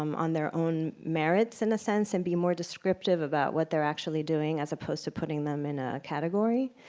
um on their own merits in a sense and be more descriptive about what they're actually doing as opposed to putting them in a category.